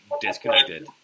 Disconnected